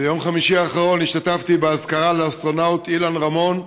ביום חמישי האחרון השתתפתי באזכרה לאסטרונאוט אילן רמון.